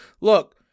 Look